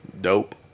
dope